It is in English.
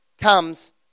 comes